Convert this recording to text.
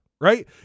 right